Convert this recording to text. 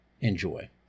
Enjoy